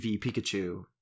Pikachu